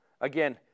Again